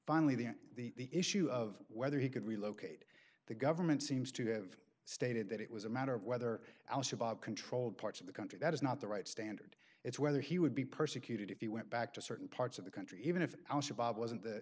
finally there the issue of whether he could relocate the government seems to have stated that it was a matter of whether al shabaab controlled parts of the country that is not the right standard it's whether he would be persecuted if he went back to certain parts of the country even if